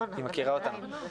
באגף.